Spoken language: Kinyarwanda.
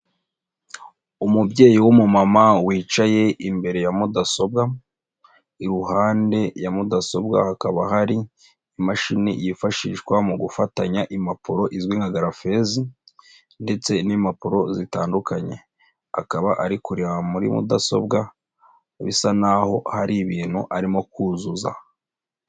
Umubyeyi w'umumama wicaye imbere ya mudasobwa, iruhande ya mudasobwa hakaba hari imashini yifashishwa mu gufatanya impapuro izwi nka garafezi ndetse n'impapuro zitandukanye, akaba ari kureba muri mudasobwa, bisa n'aho hari ibintu arimo kuzuza.